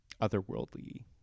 otherworldly